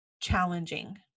challenging